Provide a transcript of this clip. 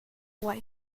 why